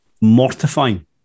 mortifying